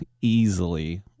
Easily